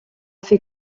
fer